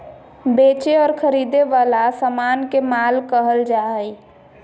बेचे और खरीदे वला समान के माल कहल जा हइ